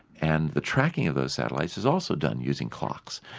and the tracking of those satellites is also done using clocks.